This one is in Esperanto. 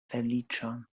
feliĉon